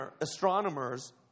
astronomers